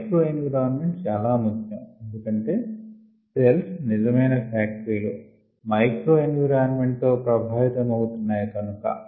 micro environment చాలా ముఖ్యం ఎందుకంటే సెల్స్ నిజమైన ఫ్యాక్టరీ లు మైక్రో ఎన్విరాన్మెంట్ తో ప్రభావితమగును కనుక